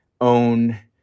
own